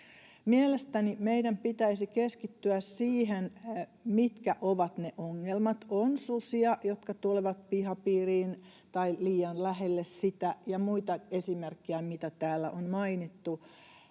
Mielestäni meidän pitäisi keskittyä siihen, mitkä ovat ne ongelmat. On susia, jotka tulevat pihapiiriin tai liian lähelle sitä, ja muita esimerkkejä, mitä täällä on mainittu.